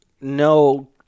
no